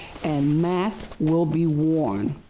and, masks will be worn.